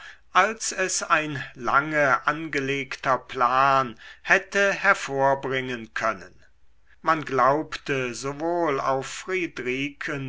als es ein lange angelegter plan hätte hervorbringen können man glaubte sowohl auf